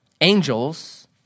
Angels